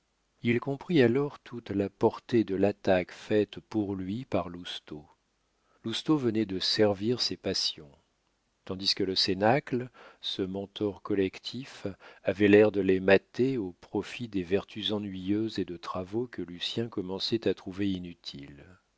il comprit alors toute la portée de l'attaque faite pour lui par lousteau lousteau venait de servir ses passions tandis que le cénacle ce mentor collectif avait l'air de les mater au profit des vertus ennuyeuses et de travaux que lucien commençait à trouver inutiles